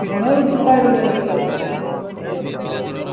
ମନେ ବି ପକାଇ ବି ନାଇଁକିରେ ଭାଇ କ'ଣ କରିବୁ ଚାଲିଛି ଆରୁ